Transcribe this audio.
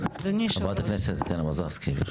חברת הכנסת, כן מזרסקי.